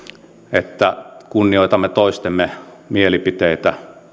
että kunnioitamme toistemme mielipiteitä